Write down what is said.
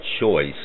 choice